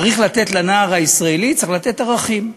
צריך לתת לנער הישראלי ערכים.